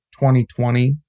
2020